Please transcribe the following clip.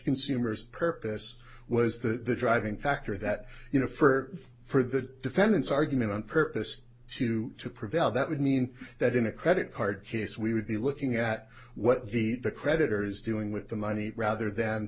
consumers purpose was the driving factor that you know for for the defendants argument on purpose to to prevail that would mean that in a credit card case we would be looking at what the the creditors doing with the money rather than